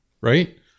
Right